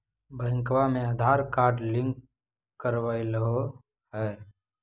बैंकवा मे Aadhaar card link करवैलहो है?